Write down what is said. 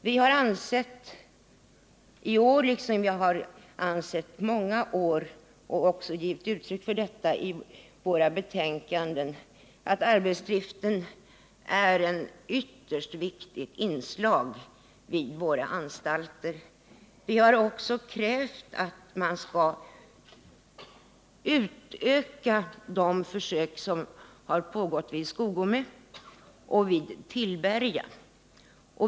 Vi har i år — i likhet med vad utskottet i många år har ansett och också givit uttryck för — i våra betänkanden uttalat, att arbetsdriften är ett ytterst viktigt inslag vid våra anstalter. Vi har också krävt att man skall utöka de försök som har pågått vid Skogome och vid Tillberga.